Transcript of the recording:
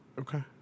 Okay